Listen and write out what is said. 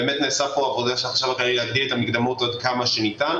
באמת נעשתה פה עבודה של החשב הכללי להגדיל את המקדמות עד כמה שניתן.